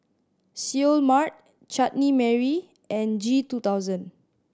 Seoul Mart Chutney Mary and G two thousand